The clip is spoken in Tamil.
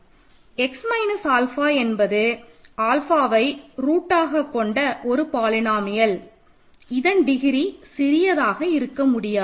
x மைனஸ் ஆல்ஃபா என்பது ஆல்ஃபாவை ரூட்டாக கொண்ட ஒரு பாலினோமியல் இதன் டிகிரி சிறியதாக இருக்க முடியாது